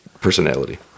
personality